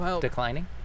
declining